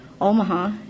Omaha